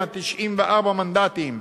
עם ה-94 מנדטים,